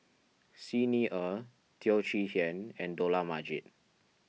Xi Ni Er Teo Chee Hean and Dollah Majid